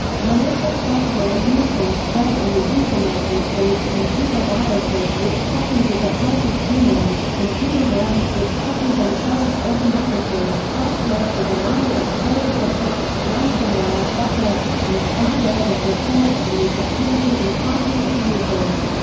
malicious software used and spread on the internet includes computer viruses which copy with the help of humans, computer worms which copy themselves automatically, software for denial of service attacks, ransomware, botnets, and spyware that reports on the activity and typing of users.